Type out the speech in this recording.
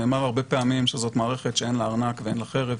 נאמר הרבה פעמים שזו מערכת שאין לה ארנק ואין לה חרב,